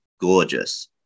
gorgeous